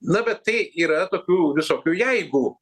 na bet tai yra tokių visokių jeigu